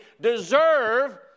deserve